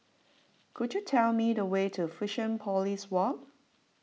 could you tell me the way to Fusionopolis Walk